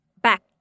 back